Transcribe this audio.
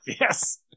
Yes